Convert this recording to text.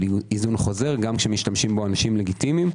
היזון חוזר גם כשמשתמשים בו אנשים לגיטימיים.